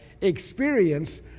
experience